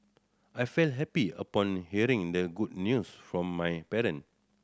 I felt happy upon hearing the good news from my parent